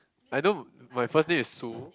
I know my first name is Su